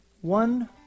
one